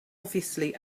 obviously